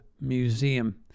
Museum